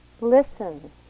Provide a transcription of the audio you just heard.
Listen